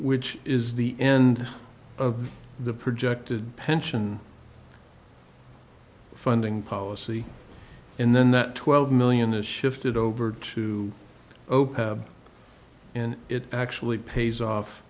which is the end of the projected pension funding policy in then that twelve million is shifted over to open and it actually pays off